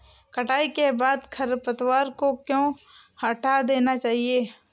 कटाई के बाद खरपतवार को क्यो हटा देना चाहिए?